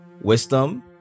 wisdom